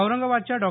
औरंगाबादच्या डॉ